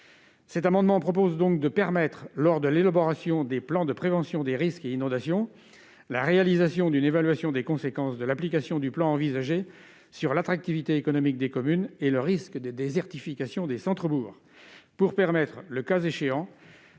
Cet amendement a donc pour objet de permettre, lors de l'élaboration des plans de prévention des risques d'inondation, la réalisation d'une évaluation des conséquences de l'application du plan envisagé sur l'attractivité économique des communes et le risque de désertification des centres-bourgs, afin de pouvoir, le cas échéant,